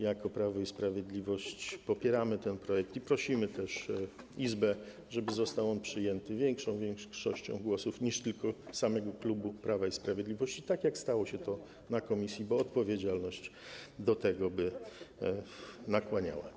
Jako Prawo i Sprawiedliwość popieramy ten projekt i prosimy też Izbę, żeby został on przyjęty większą większością głosów niż tylko samego klubu Prawa i Sprawiedliwości, tak jak stało się to na posiedzeniu komisji, bo odpowiedzialność do tego by nakłaniała.